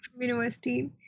university